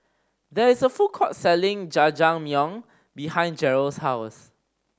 there is a food court selling Jajangmyeon behind Jerrell's house